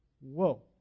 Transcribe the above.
Whoa